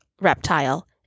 reptile